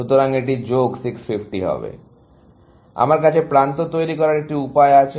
সুতরাং আমার কাছে প্রান্ত তৈরি করার একটি উপায় আছে